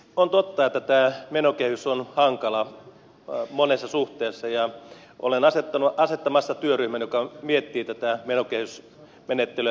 on totta että tämä menokehys on hankala monessa suhteessa ja olen asettamassa työryhmän joka miettii tätä menokehysmenettelyä tulevaisuuteen nähden